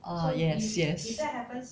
ah yes yes